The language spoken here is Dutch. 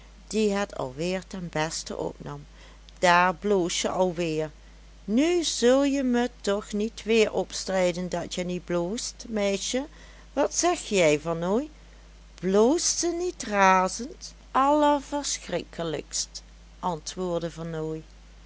het alweer ten besten opnam daar bloosje alweer nu zulje me toch niet weer opstrijden dat je niet bloost meisje wat zeg jij vernooy bloost ze niet razend